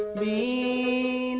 the